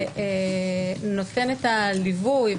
המטה נותן את הליווי,